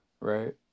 right